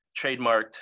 trademarked